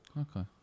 okay